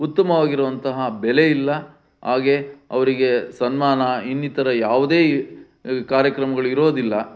ಉತ್ತಮವಾಗಿರುವಂತಹ ಬೆಲೆ ಇಲ್ಲ ಹಾಗೇ ಅವರಿಗೆ ಸನ್ಮಾನ ಇನ್ನಿತರ ಯಾವುದೇ ಕಾರ್ಯಕ್ರಮಗಳಿರೋದಿಲ್ಲ